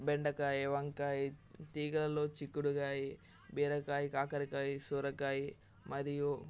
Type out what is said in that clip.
బెండకాయ వంకాయ తీగలల్లో చిక్కుడు కాయ బీరకాయ కాకరకాయ సొరకాయ మరియు